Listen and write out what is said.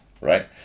right